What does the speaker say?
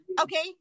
Okay